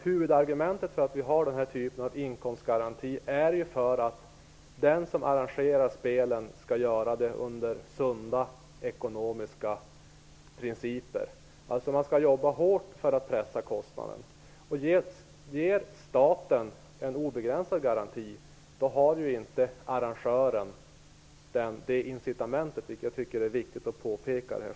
Huvudargumentet för denna typ av inkomstgaranti är att den som arrangerar spelen skall göra det med sunda ekonomiska principer. Man skall alltså jobba hårt för att pressa kostnaderna. Om staten ger en obegränsad garanti har inte arrangören det incitamentet. Det är viktigt att påpeka det.